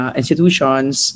institutions